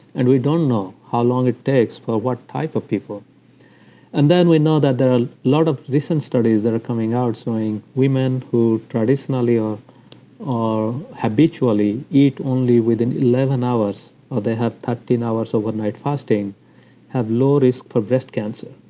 and we don't know how long it takes for what type of people and then, we know that there are a lot of recent studies that are coming out, showing women who traditionally or habitually eat only within eleven hours, or they have thirteen hours overnight fasting have low-risk for breast cancer.